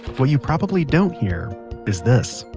what you probably don't hear is this?